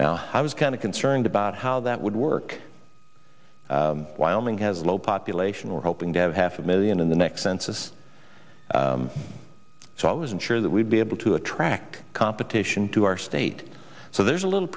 now i was kind of concerned about how that would work wyoming has a low population or hoping to have half a million in the next census so i wasn't sure that we'd be able to attract competition to our state so there's a little